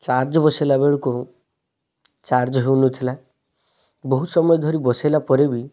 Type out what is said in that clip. charge ବସେଇଲା ବେଳକୁ charge ହଉନଥିଲା ବହୁତ ସମୟ ଧରି ବସେଇଲା ପରେ ବି